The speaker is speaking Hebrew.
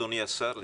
אדוני השר,